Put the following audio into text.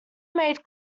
made